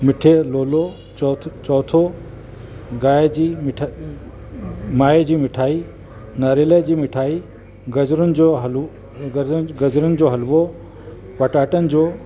मिठे लोलो चौथ चौथो गाए जी मिठा माए जी मिठाई नारेल जी मिठाई गजरुनि जो हलवो गज गजरुनि जो हलवो पटाटनि जो